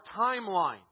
timeline